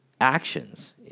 actions